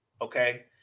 Okay